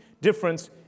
difference